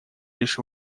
лишь